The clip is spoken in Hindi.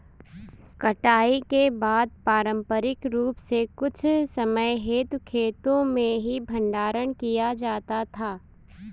कटाई के बाद पारंपरिक रूप से कुछ समय हेतु खेतो में ही भंडारण किया जाता था